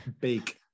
big